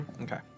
Okay